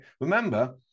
remember